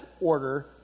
order